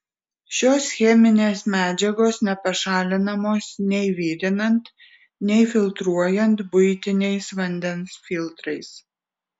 šios cheminės medžiagos nepašalinamos nei virinant nei filtruojant buitiniais vandens filtrais